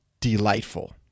delightful